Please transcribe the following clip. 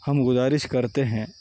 ہم گزارش کرتے ہیں